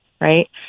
Right